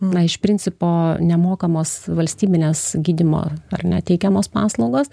na iš principo nemokamos valstybinės gydymo ar ne teikiamos paslaugos